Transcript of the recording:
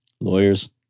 Lawyers